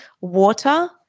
water